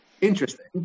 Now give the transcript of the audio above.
interesting